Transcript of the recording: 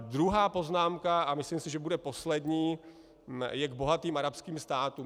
Druhá poznámka, a myslím si, že bude poslední, je k bohatým arabským státům.